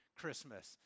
Christmas